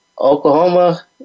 Oklahoma